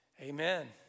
Amen